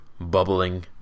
bubbling